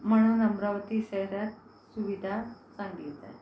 म्हणून अमरावती शहरात सुविधा चांगलीच आहे